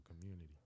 community